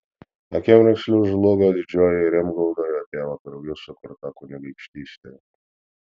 akimirksniu žlugo didžioji rimgaudo jo tėvo krauju sukurta kunigaikštystė